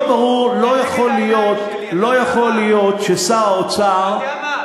לא יכול להיות ששר האוצר, אתה יודע מה?